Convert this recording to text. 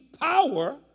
power